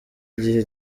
igihe